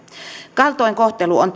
kaltoinkohtelu on